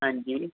ਹਾਂਜੀ